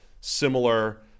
similar